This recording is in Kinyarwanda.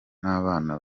n’abana